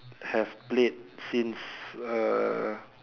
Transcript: have played since err